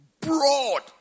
broad